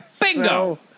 Bingo